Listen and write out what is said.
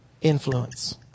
Influence